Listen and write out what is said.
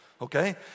Okay